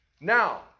Now